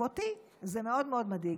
אותי זה מאוד מדאיג.